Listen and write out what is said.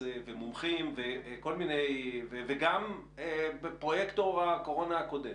ומומחים וגם פרויקטור הקורונה הקודם